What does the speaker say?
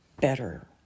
better